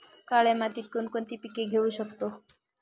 काळ्या मातीत कोणकोणती पिके घेऊ शकतो?